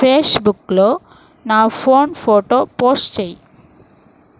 ఫేస్బుక్లో నా phone photo post చెయ్యి